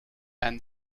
and